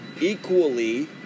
equally